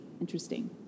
Interesting